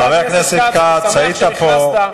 חבר הכנסת כץ, היית פה,